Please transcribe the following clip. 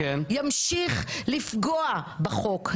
ימשיך לפגוע בחוק,